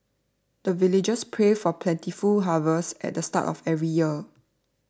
the villagers pray for plentiful harvest at the start of every year